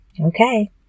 Okay